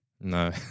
No